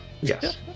yes